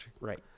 Right